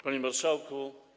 Panie Marszałku!